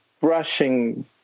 brushing